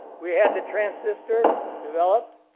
we had the transistor developed.